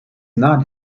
not